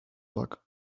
luck